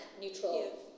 neutral